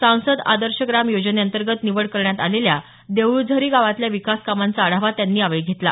सांसद आदर्श ग्राम योजनेंतर्गत निवड करण्यात आलेल्या देऊळझरी गावातल्या विकास कामांचा आढावा त्यांनी यावेळी घेतला